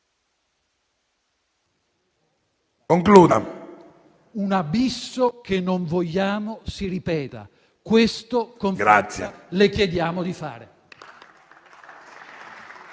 mondiale; un abisso che non vogliamo si ripeta. Questo, con forza, le chiediamo di fare.